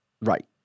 Right